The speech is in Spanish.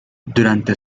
durante